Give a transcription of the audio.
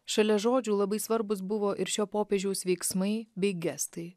šalia žodžių labai svarbūs buvo ir šio popiežiaus veiksmai bei gestai